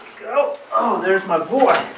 go, there's my boy